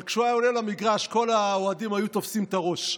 אבל כשהוא היה עולה למגרש כל האוהדים היו תופסים את הראש.